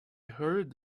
heard